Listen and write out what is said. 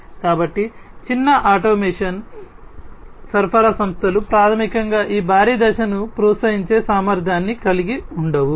కాబట్టి చిన్న ఆటోమేషన్ సరఫరా సంస్థలు ప్రాథమికంగా ఈ భారీ దశను ప్రోత్సహించే సామర్థ్యాన్ని కలిగి ఉండవు